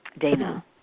Dana